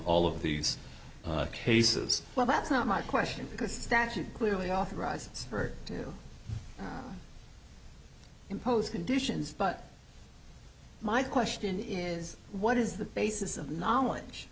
all of these cases well that's not my question because statute clearly authorizes to impose conditions but my question is what is the basis of knowledge